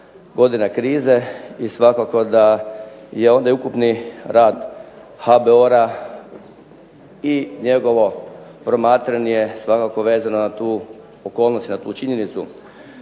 godina krize i svakako da je ovdje ukupni rad HBOR-a i njegovo promatranje svakako vezano na tu okolnost i na tu činjenicu.